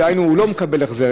דהיינו שהוא לא מקבל החזר,